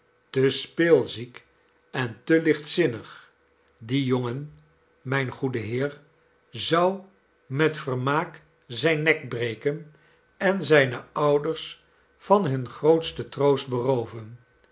te speelziek en te lichtzinnig die jongen mijn goede heer zou met vermaak zijn nek breken en zijne ouders van hun grootsten troost berooven